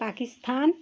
Pakistan